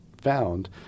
found